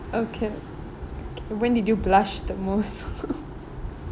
okay when did you blush the most